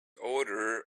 odor